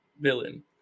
villain